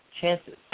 chances